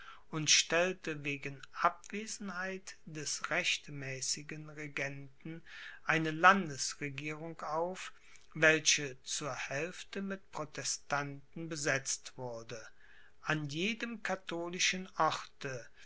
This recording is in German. und stellte wegen abwesenheit des rechtmäßigen regenten eine landesregierung auf welche zur hälfte mit protestanten besetzt wurde an jedem katholischen orte